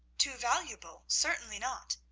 too valuable! certainly not.